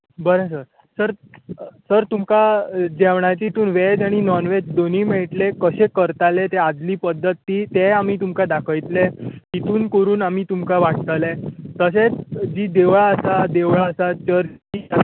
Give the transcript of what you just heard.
बरें sir sir sir तुमकां जेवणाची हितून वॅज आनी नॉन वॅज दोनूय मेयटले कशें करतले ती आदली पद्दत तीच तेय आमी तुमकां दाखयतले तितूंत करून आमी तुमकां वाडटले तशेत जी देवळां आसात देवळां आसात चर्ची